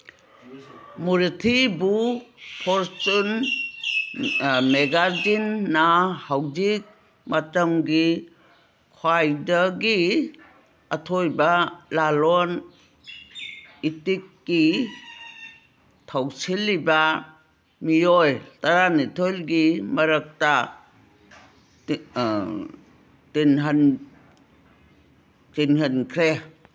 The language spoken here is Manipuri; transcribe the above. ꯃꯨꯔꯊꯤꯕꯨ ꯐꯣꯔꯆꯨꯟ ꯃꯦꯒꯥꯖꯤꯟꯅ ꯍꯧꯖꯤꯛ ꯃꯇꯝꯒꯤ ꯈ꯭ꯋꯥꯏꯗꯒꯤ ꯑꯊꯣꯏꯕ ꯂꯥꯂꯣꯟ ꯏꯇꯤꯛꯀꯤ ꯊꯧꯁꯤꯜꯂꯤꯕ ꯃꯤꯑꯣꯏ ꯇꯔꯥꯅꯤꯊꯣꯏꯒꯤ ꯃꯔꯛꯇ ꯇꯤꯜꯍꯟꯈ꯭ꯔꯦ